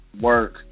work